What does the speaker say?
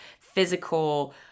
physical